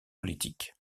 politiques